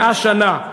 100 שנה.